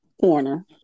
Corner